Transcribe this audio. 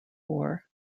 war